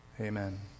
Amen